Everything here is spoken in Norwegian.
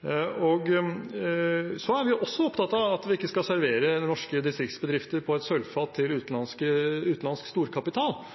Så er vi også opptatt av at vi ikke skal servere norske distriktsbedrifter på et sølvfat til